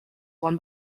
won